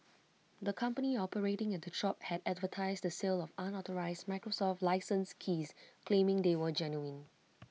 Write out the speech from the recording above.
the company operating at the shop had advertised the sale of unauthorised Microsoft licence keys claiming they were genuine